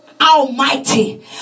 almighty